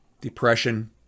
depression